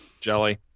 jelly